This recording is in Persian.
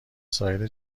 سایر